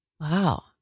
Wow